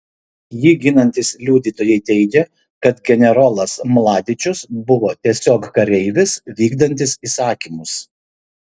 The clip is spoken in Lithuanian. jį ginantys liudytojai teigia kad generolas mladičius buvo tiesiog kareivis vykdantis įsakymus